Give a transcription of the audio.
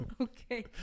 okay